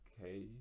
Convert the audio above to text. Okay